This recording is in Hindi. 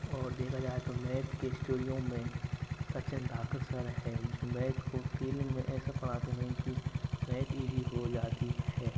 और देखा जाए तो मैथ के स्टोरियों में सचिन धाकड़ सर है जो मैथ को फीलिंग में ऐसा पढ़ाते हैं कि मैथ इजी हो जाती है